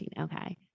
Okay